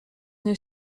une